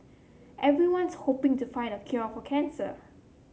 everyone's hoping to find the cure for cancer